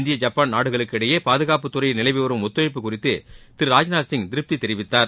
இந்திய ஜப்பான் நாடுகளுக்கிடையே பாதுகாப்புத்தறையில் நிலவி வரும் ஒத்துழழப்பு குறித்து திரு ராஜ்நாத்சிங் திருப்தி தெரிவித்தார்